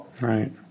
Right